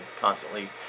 constantly